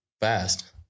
fast